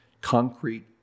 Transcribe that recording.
concrete